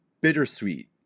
bittersweet